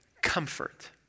comfort